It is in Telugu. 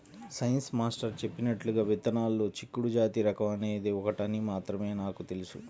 సైన్స్ మాస్టర్ చెప్పినట్లుగా విత్తనాల్లో చిక్కుడు జాతి రకం అనేది ఒకటని మాత్రం నాకు తెలుసు